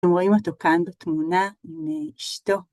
אתם רואים אותו כאן בתמונה עם אשתו